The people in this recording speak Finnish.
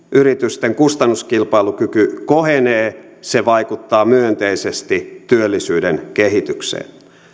yritysten kustannuskilpailukyky kohenee se vaikuttaa myönteisesti työllisyyden kehitykseen